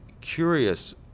curious